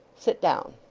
sit down